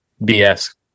BS